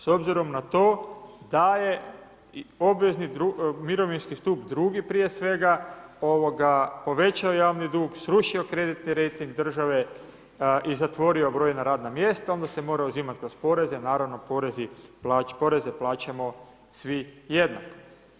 S obzirom na to da je obvezni mirovinski stup drugi prije svega, povećao javni dug, srušio kreditni rejting države i zatvorio brojna radna mjesta, onda se mora uzimati kroz poreze, naravno poreze plaćamo svi jednako.